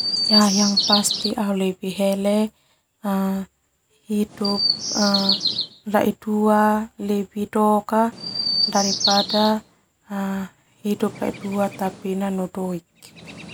Yah yang pasti au lebih hele hidup lai dua lebih dok daripada hidup lai dua tapi nanu doik.